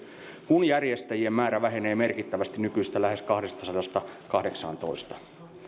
kun järjestäjien määrä vähenee merkittävästi nykyisestä lähes kahdestasadasta kahdeksaantoista